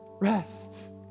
Rest